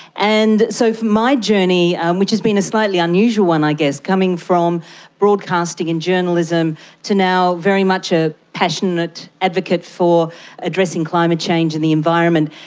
and so for my journey, which has been a slightly unusual one i guess, coming from broadcasting and journalism to now very much a passionate advocate for addressing climate change and the environment,